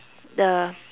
the